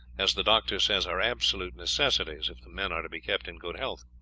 as the doctor says, are absolute necessities if the men are to be kept in good health.